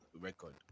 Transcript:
record